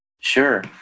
Sure